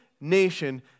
nation